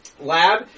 lab